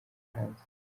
hanze